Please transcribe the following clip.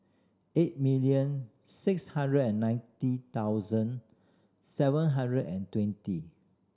eight million six hundred and ninety thousand seven hundred and twenty